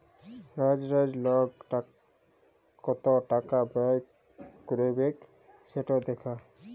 রজ রজ লক কত টাকা ব্যয় ক্যইরবেক সেট দ্যাখা